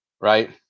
Right